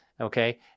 Okay